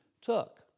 took